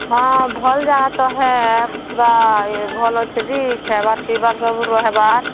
ହଁ ଭଲ୍ ଜାଗା ତ ହେ ପୁରା ଭଲ୍ ଅଛେ ଯେ ଖାଏବାର୍ ପିଇବାର୍ ତ ସବୁ ରହେବା